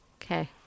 Okay